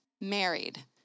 married